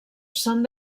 són